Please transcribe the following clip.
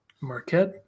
Marquette